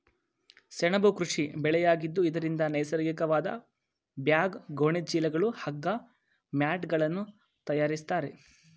ಸೆಣಬು ಕೃಷಿ ಬೆಳೆಯಾಗಿದ್ದು ಇದರಿಂದ ನೈಸರ್ಗಿಕವಾದ ಬ್ಯಾಗ್, ಗೋಣಿ ಚೀಲಗಳು, ಹಗ್ಗ, ಮ್ಯಾಟ್ಗಳನ್ನು ತರಯಾರಿಸ್ತರೆ